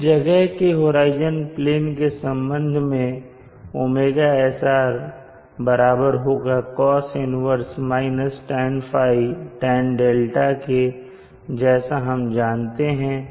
किसी जगह के होराइजन प्लेन के संबंध में ωsr बराबर होगा Cos 1 tan ϕ tan 𝛿 के जैसा हम जानते हैं